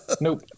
Nope